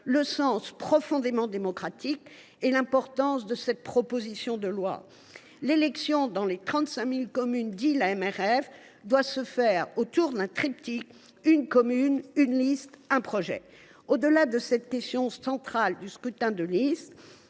le sens profondément démocratique, ainsi que l’importance de cette proposition de loi. L’élection dans les 35 000 communes, dit elle, doit se faire « autour du triptyque “une commune, une liste, un projet” ». Au delà de cette question centrale du scrutin de liste,